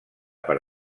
per